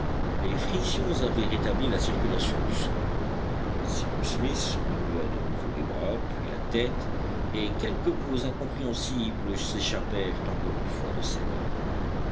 les frictions avaient rétabli la circulation du sang cyrus smith remua de nouveau les bras puis la tête et quelques mots incompréhensibles s'échappèrent encore une fois de ses lèvres